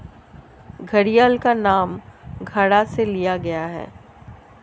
घड़ियाल का नाम घड़ा से लिया गया है